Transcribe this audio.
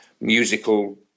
musical